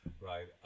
right